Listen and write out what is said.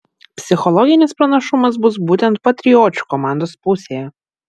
psichologinis pranašumas bus būtent patriočių komandos pusėje